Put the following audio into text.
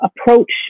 approach